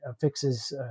fixes